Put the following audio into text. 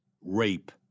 rape